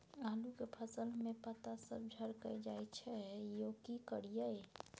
आलू के फसल में पता सब झरकल जाय छै यो की करियैई?